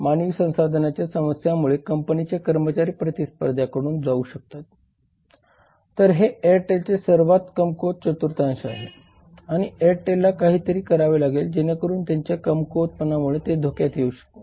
मानवी संसाधनांच्या समस्यांमुळे कंपनीचे कर्मचारी प्रतिस्पर्ध्यांकडे जाऊ शकतात तर हे एअरटेलचे सर्वात कमकुवत चतुर्थांश आहे आणि एअरटेलला काहीतरी करावे लागेल जेणेकरून त्यांच्या कमकुवतपणामुळे ते धोक्यात येऊ नये